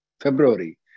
February